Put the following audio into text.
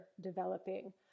developing